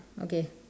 okay